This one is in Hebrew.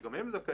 שגם הם זכאים,